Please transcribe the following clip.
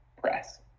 press